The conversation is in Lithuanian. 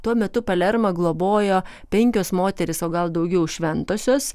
tuo metu palermą globojo penkios moterys o gal daugiau šventosios